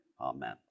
amen